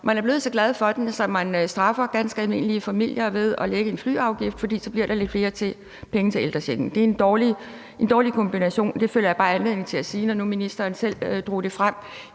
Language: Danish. Man er blevet så glad for den, at man straffer ganske almindelige familier ved at lægge en flyafgift på, fordi der så bliver lidt flere penge til ældrechecken. Det er en dårlig kombination, det føler jeg bare anledning til at sige, når nu ministeren selv drog det frem